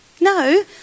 No